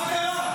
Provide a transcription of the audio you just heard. מה קרה?